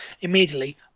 immediately